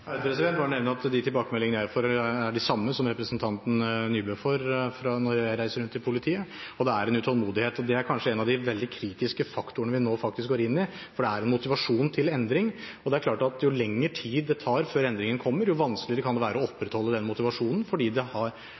bare nevne at de tilbakemeldingene jeg får når jeg reiser rundt til politiet, er de samme som representanten Nybø får. Det er en utålmodighet. Det er kanskje en av de veldig kritiske faktorene vi nå går inn i, for det er en motivasjon til endring, og det er klart at jo lengre tid det tar før endringen kommer, jo vanskeligere kan det være å opprettholde motivasjonen, fordi det